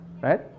right